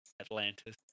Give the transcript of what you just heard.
Atlantis